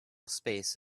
space